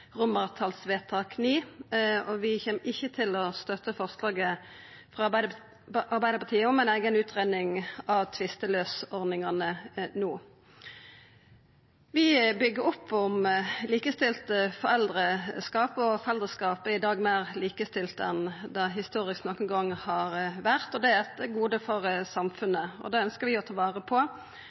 og vi kjem ikkje til å støtta forslaget frå Arbeidarpartiet om ei eiga utgreiing av tvisteløysingsordninga no. Vi byggjer opp om likestilt foreldreskap. Foreldreskapet er i dag meir likestilt enn det historisk nokon gang har vore, og det er eit gode for samfunnet. Det ønskjer vi å ta vare på,